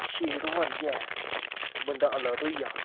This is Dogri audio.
छेड़ होआ दी ऐ बंदा अलर्ट होई गेआ